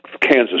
Kansas